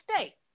stay